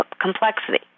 complexity